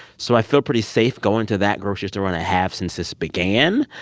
so i feel pretty safe going to that grocery store and i have since this began.